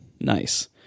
Nice